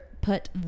put